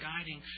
guiding